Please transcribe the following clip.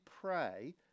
pray